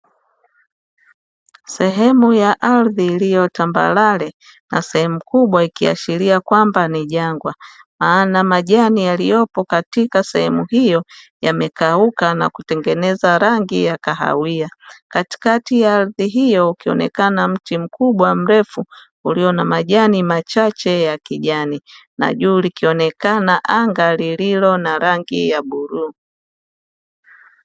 Sehemu ya ardhi iliyo tambarare na sehemu kubwa ikiashiria kwamba ni jangwa; maana majani yaliyopo katika sehemu hiyo yamekauka na kutengeneza rangi ya kahawia. Katikati ya ardhi hiyo ukionekana mti mkubwa mrefu ulio na majani machache ya kijani na juu likionekana anga lililo na rangi ya bluu.